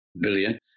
billion